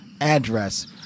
address